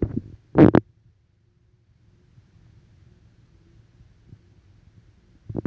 कर्जाच्या ई.एम्.आई चो हिशोब करण्यासाठी ई.एम्.आई कॅल्क्युलेटर चो वापर करू शकतव, असा